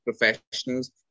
professionals